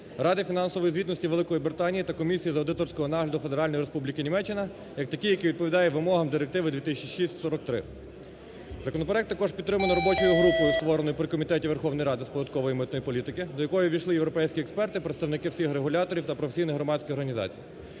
Ради фінансової звітності Великої Британії та Комісії з аудиторського нагляду Федеральної Республіки Німеччина як такий, який відповідає вимогам директиви 2006/43. Законопроект також підтримано робочою групою створеною при Комітеті Верховної Ради з податкової і митної політики, до якої ввійшли європейські експерти, представники всіх регуляторів та професійні громадські організації.